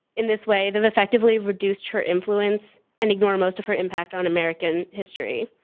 in this way they've effectively reduced her influence and ignored most of her impact on american history.